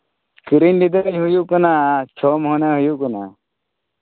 ᱠᱤᱨᱤᱧ ᱞᱮᱫᱟᱧ ᱦᱩᱭᱩᱜ ᱠᱟᱱᱟ ᱪᱷᱚ ᱢᱟᱹᱦᱱᱟᱹ ᱦᱩᱭᱩᱜ ᱠᱟᱱᱟ